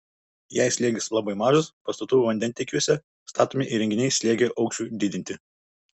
jei slėgis labai mažas pastatų vandentiekiuose statomi įrenginiai slėgio aukščiui didinti